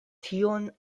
tion